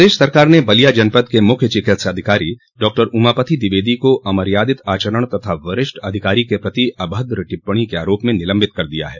प्रदेश सरकार ने बलिया जनपद के मुख्य चिकित्साधिकारी डॉ उमापति द्विवेदी को अमर्यादित आचरण तथा वरिष्ठ अधिकारी के प्रति अभद्र टिप्पणी के आरोप में निलंबित कर दिया है